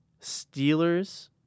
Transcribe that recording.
Steelers